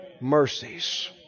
Mercies